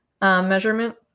measurement